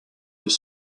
deux